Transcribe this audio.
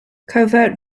covert